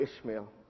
Ishmael